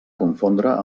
confondre